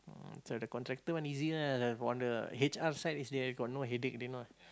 mm the contractor one easy lah on the H_R side is they got no headache they not